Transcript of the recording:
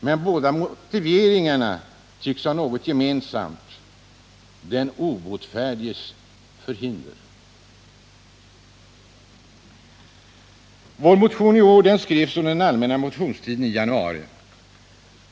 Men båda motiveringarna tycks ha något gemensamt: den obotfärdiges förhinder. Vår motion i år skrevs under den allmänna motionstiden i januari.